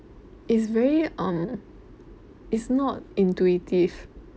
it's very um it's not intuitive